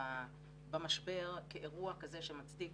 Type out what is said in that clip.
ראה באמת במשבר כאירוע כזה שמצדיק